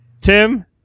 Tim